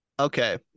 Okay